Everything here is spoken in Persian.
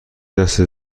دست